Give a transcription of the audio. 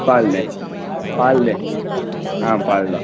பால் தேன்பால் தேன் ஆ பால் தான்